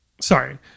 sorry